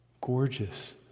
Gorgeous